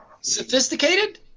sophisticated